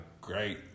great